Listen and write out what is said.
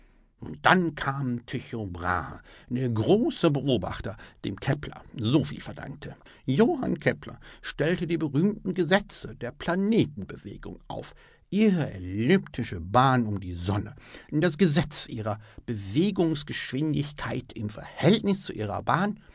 dann kam tycho brahe der große beobachter dem kepler so viel verdankte johann kepler stellte die berühmten gesetze der planetenbewegung auf ihre elliptische bahn um die sonne das gesetz ihrer bewegungsgeschwindigkeit im verhältnis zu ihrer bahn